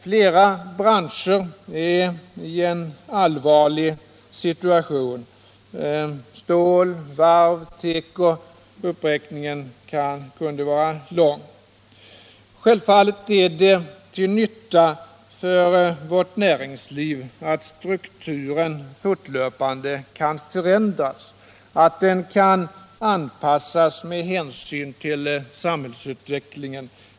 Flera branscher är i en allvarlig situation: stål, varv, teko — listan kan göras lång. Det är självfallet till nytta för vårt näringsliv att strukturen fortlöpande kan förändras, att den kan anpassas med hänsyn till samhällsutvecklingen.